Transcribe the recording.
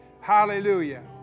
Hallelujah